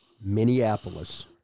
Minneapolis